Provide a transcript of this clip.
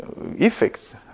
Effects